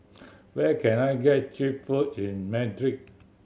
where can I get cheap food in Madrid